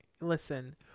listen